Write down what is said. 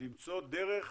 למצוא דרך